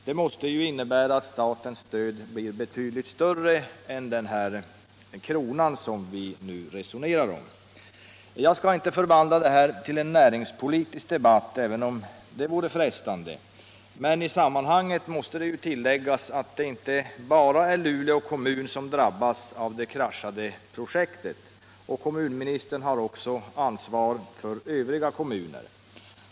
Det måste innebära att statens stöd blir betydligt större än den krona som vi nu resonerar om. Jag skall inte förvandla det här till en näringspolitisk debatt, även om det vore frestande. Men i sammanhanget bör väl tilläggas att det inte bara är Luleå kommun som drabbas av det kraschade projektet. Kommunministern har ju också ansvar för övriga kommuner.